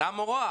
"המורה,